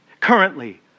currently